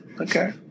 Okay